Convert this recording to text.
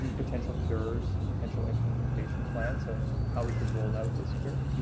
and potential cures, potential implementation plans of how we could roll out this cure.